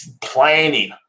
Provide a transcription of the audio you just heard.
planning